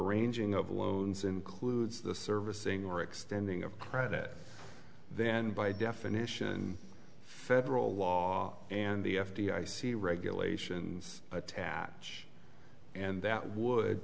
arranging of loans includes the servicing or extending of credit then by definition federal law and the f d i c regulations attach and that would